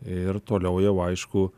ir toliau jau aišku